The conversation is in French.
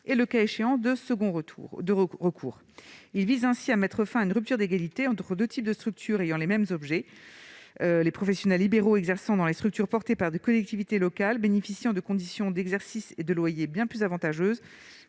et, le cas échéant, de second recours. Il s'agit ainsi de mettre fin à une rupture d'égalité entre deux types de structures ayant le même objet : les professionnels libéraux exerçant dans des structures appartenant aux collectivités locales bénéficient de conditions d'exercice et de loyer bien plus avantageuses